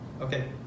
Okay